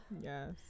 Yes